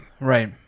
right